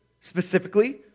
specifically